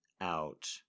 out